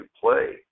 play